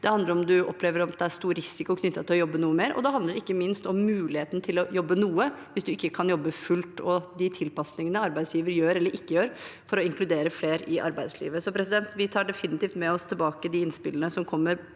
man opplever at det er stor risiko knyttet til å jobbe noe mer, og det handler ikke minst om muligheten til å jobbe noe hvis man ikke kan jobbe fullt, og de tilpasningene arbeidsgiver gjør eller ikke gjør for å inkludere flere i arbeidslivet. Så vi tar definitivt med oss tilbake de innspillene som kommer,